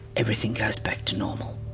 everything goes back to normal.